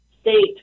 state